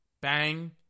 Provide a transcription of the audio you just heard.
Bang